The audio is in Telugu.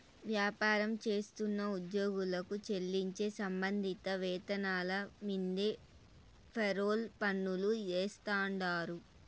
వ్యాపారం చేస్తున్న ఉద్యోగులకు చెల్లించే సంబంధిత వేతనాల మీన్దే ఫెర్రోల్ పన్నులు ఏస్తాండారు